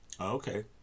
Okay